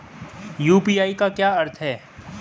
UPI का क्या अर्थ है?